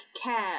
care